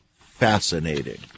fascinating